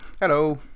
Hello